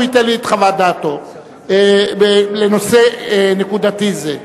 הוא ייתן לי את חוות דעתו לנושא נקודתי זה.